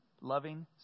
loving